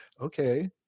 okay